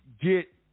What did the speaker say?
get